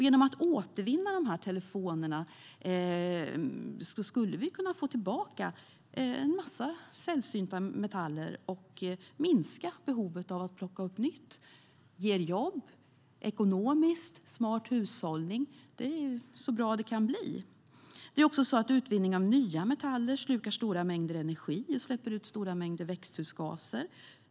Genom att återvinna dessa telefoner skulle vi kunna få tillgång till en massa sällsynta metaller och minska behovet av att plocka upp nytt. Det ger jobb och är smart ekonomisk hushållning. Det är så bra det kan bli. Utvinning av nya metaller slukar dessutom stora mängder energi och släpper ut stora mängder växthusgaser.